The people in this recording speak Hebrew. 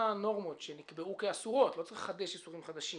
הנורמות שנקבעו כאסורות לא צריך לחדש איסורים חדשים